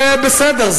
ובסדר,